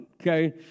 okay